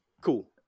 Cool